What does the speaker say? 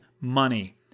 money